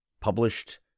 Published